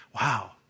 Wow